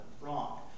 wrong